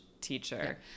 teacher